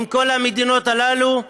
עם כל המדינות האלה,